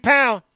Pound